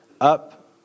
up